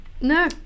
No